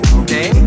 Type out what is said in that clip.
okay